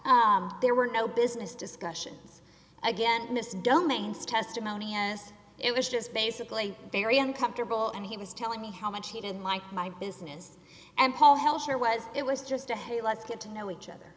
that there were no business discussions again in this domains testimony and it was just basically very uncomfortable and he was telling me how much he didn't like my business and paul hell sure was it was just a hey let's get to know each other